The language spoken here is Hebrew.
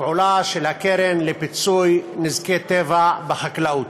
הפעולה של הקרן לפיצוי נזקי טבע בחקלאות.